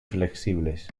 flexibles